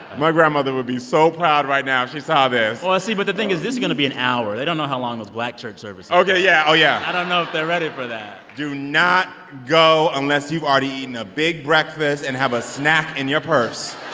my grandmother would be so proud right now if she saw this well, see but the thing is, this is going to be an hour. they don't know how long those black church services are ok, yeah. oh, yeah i don't know if they're ready for that do not go unless you've already eaten a big breakfast and have a snack in your purse.